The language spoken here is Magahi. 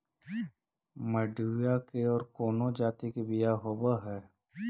मडूया के और कौनो जाति के बियाह होव हैं?